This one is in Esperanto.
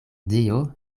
dio